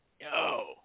Yo